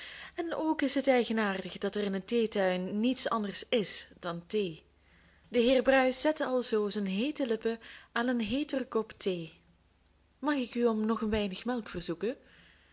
en ook is het eigenaardig dat er in een theetuin niets anders is dan thee de heer bruis zette alzoo zijn heete lippen aan een heeter kop thee mag ik u om nog een weinig melk verzoeken